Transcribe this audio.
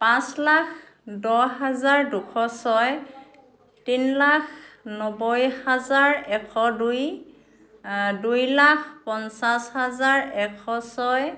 পাঁচ লাখ দহ হাজাৰ দুশ ছয় তিনি লাখ নব্বৈ হাজাৰ এশ দুই দুই লাখ পঞ্চাছ হাজাৰ এশ ছয়